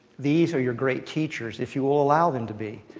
these are your great teachers, if you will allow them to be.